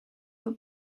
will